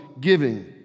giving